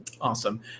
Awesome